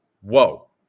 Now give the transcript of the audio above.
Whoa